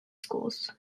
schools